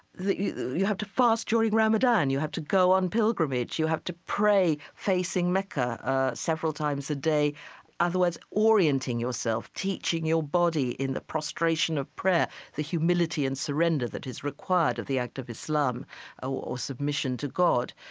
you have to fast during ramadan, you have to go on pilgrimage, you have to pray facing mecca several times a day other words, orienting yourself, teaching your body in the prostration of prayer the humility and surrender that is required of the act of islam or submission to god,